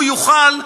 הוא יוכל,